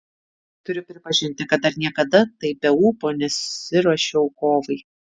turiu prisipažinti kad dar niekada taip be ūpo nesiruošiau kovai